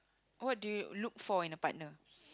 what do you look for in a partner